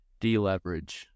deleverage